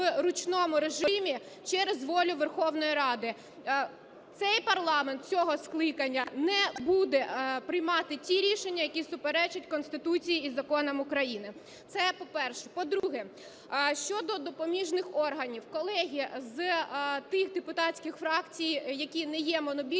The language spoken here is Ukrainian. в ручному режимі через волю Верховної Ради. Цей парламент цього скликання не буде приймати ті рішення, які суперечать Конституції і законам України. Це, по-перше. По-друге, щодо допоміжних органів. Колеги, з тих депутатських фракцій, які не є монобільшістю,